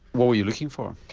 what were you looking for?